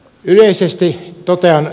yleisesti totena